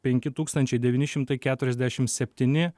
penki tūkstančiai devyni šimtai keturiasdešim septyni